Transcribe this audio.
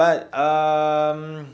but um